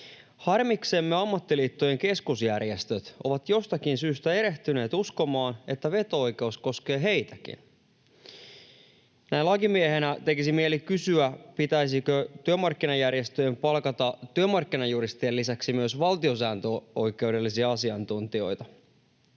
Harmiksemme ammattiliittojen keskusjärjestöt ovat jostakin syystä erehtyneet uskomaan, että veto-oikeus koskee heitäkin. Näin lakimiehenä tekisi mieli kysyä, pitäisikö työmarkkinajärjestöjen palkata työmarkkinajuristien lisäksi myös valtiosääntöoikeudellisia asiantuntijoita.